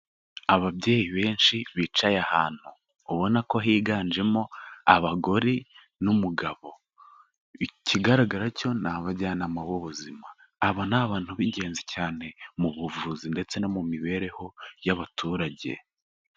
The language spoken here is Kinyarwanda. Ababyeyi benshi bicaye ahantu ubona ko higanjemo abagore n'umugabo, ikigaragara cyo ni abajyanama b'ubuzima, aba ni abantu b'ingenzi cyane mu buvuzi ndetse no mu mibereho y'abaturage.